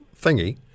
thingy